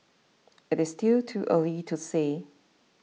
it is still too early to say